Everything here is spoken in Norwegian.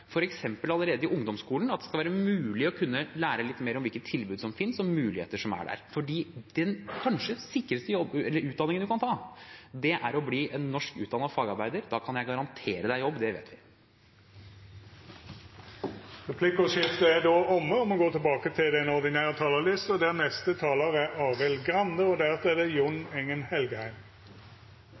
allerede i ungdomsskolen – at det skal være mulig å kunne lære litt mer om hvilke tilbud som finnes, og hvilke muligheter som er der. For den kanskje sikreste utdanningen man kan ta, er å bli en norsk utdannet fagarbeider. Da kan jeg garantere jobb, det vet jeg. Replikkordskiftet er omme. Når Arbeiderpartiet sier at det nå er vanlige folks tur, er det tre viktige grunner til det: Det er rettferdig, det er bra for samfunnet, og Arbeiderpartiet er